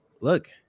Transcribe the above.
look